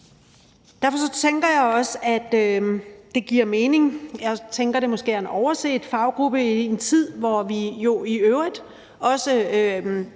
Derfor tænker jeg også, at det giver mening, og jeg tænker, at det måske er en overset faggruppe i en tid, hvor vi jo i øvrigt også